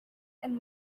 and